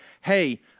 hey